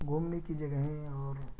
گھومنے کی جگہیں اور